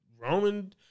Roman